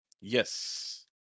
Yes